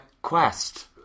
quest